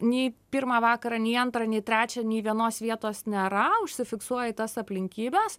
nei pirmą vakarą nei antrą nei trečią nė vienos vietos nėra užsifiksuoji tas aplinkybes